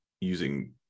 using